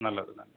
நல்லது நன்றி